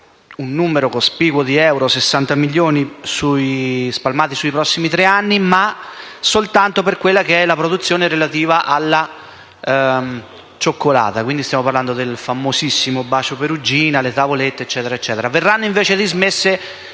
un numero cospicuo di euro (60 milioni), spalmati sui prossimi tre anni, ma soltanto per la produzione relativa alla cioccolata (stiamo parlando del famosissimo Bacio Perugina, delle tavolette, eccetera),